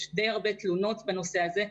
יש די הרבה תלונות בנושא הזה,